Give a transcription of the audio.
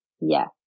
Yes